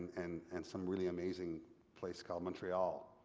and and some really amazing place called montreal,